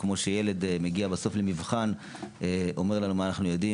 כמו שילד מגיע בסוף למבחן ואומר לנו מה הוא יודע,